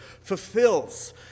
fulfills